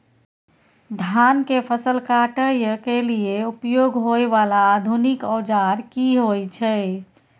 धान के फसल काटय के लिए उपयोग होय वाला आधुनिक औजार की होय छै?